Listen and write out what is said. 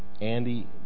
Andy